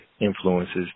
influences